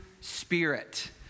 spirit